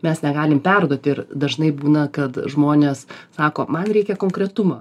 mes negalim perduoti ir dažnai būna kad žmonės sako man reikia konkretumo